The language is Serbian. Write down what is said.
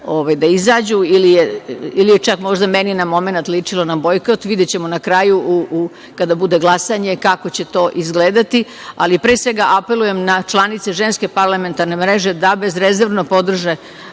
da izađu ili je čak meni na momenat ličilo na bojkot, videćemo na kraju kada bude glasanje kako će to izgledati. Ali pre svega, apelujem na članice Ženske parlamentarne mreže, da bezrezervno podrže